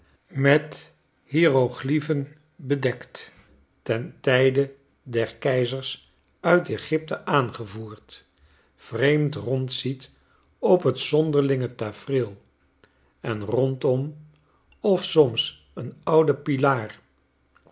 met hieroglyphen bedekt ten tijde der keizers uit egypte aangevoerd vreemd rondziet op het zonderlinge tafereel er rondom of soms een oude pilaar